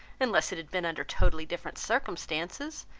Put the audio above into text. unless it had been under totally different circumstances.